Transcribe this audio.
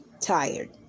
tired